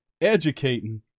educating